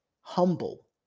humble